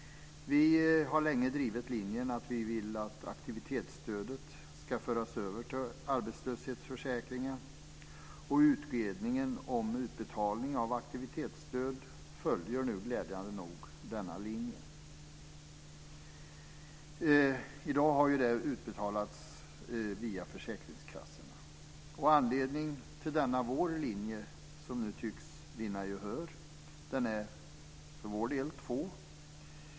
Vi har länge drivit linjen att vi vill att aktivitetsstödet ska föras över till arbetslöshetsförsäkringen. Utredningen om utbetalning av aktivitetsstöd följer nu glädjande nog denna linje. I dag har det utbetalats via försäkringskassorna. Anledningarna till denna vår linje, som nu tycks vinna gehör, är för vår del två.